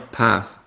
path